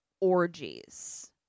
orgies